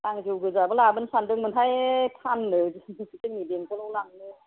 आं जौ गोजाबो लाबोनो सानदोंमोनहाय फाननो जोंनि बेंगलाव लांनो